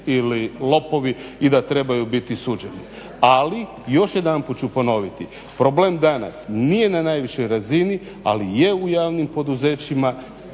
ili lopovi i da trebaju biti suđeni. Ali, još jedanput ću ponoviti, problem danas nije na najvišoj razini ali je u javnim poduzećima,